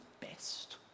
best